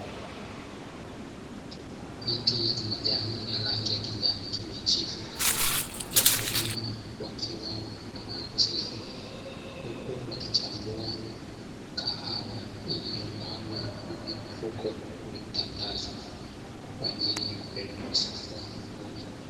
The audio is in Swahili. Miti yenye majani ya rangi ya kijani kibichi wakulima wakiwa wamekaa chini, huku wakichambua kahawa iliyomwagwa juu ya mfuko uliotandazwa kwa ajili ya kupelekwa sokoni kuuzwa.